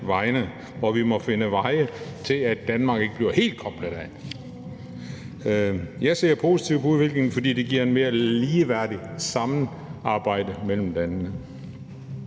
Og vi må finde veje til, at Danmark ikke bliver helt koblet af. Jeg ser positivt på udviklingen, fordi det giver et mere ligeværdigt samarbejde mellem landene